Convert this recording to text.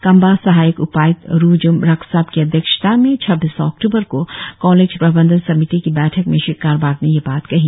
कामबा सहायक उपायुक्त रुज्रम राकसाप की अध्यक्षता में छब्बीस अक्टूबर को कॉलेज प्रबंधन समिति की बैठक में श्री कारबाक ने यह बात कही